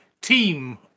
team